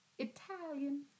Italian